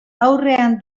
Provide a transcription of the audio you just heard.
aurrean